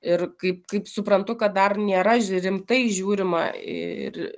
ir kaip kaip suprantu kad dar nėra rimtai žiūrima ir